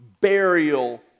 burial